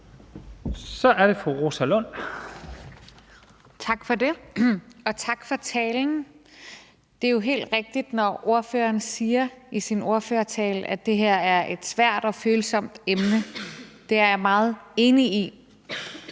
Kl. 22:48 Rosa Lund (EL): Tak for det, og tak for talen. Det er jo helt rigtigt, når ordføreren i sin ordførertale siger, at det her er et svært og følsomt emne. Det er jeg meget enig i,